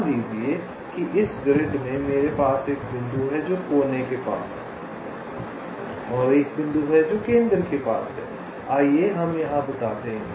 मान लीजिए इस ग्रिड में मेरे पास एक बिंदु है जो कोने के पास है और एक बिंदु जो केंद्र के पास है आइए हम यहां बताते हैं